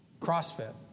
CrossFit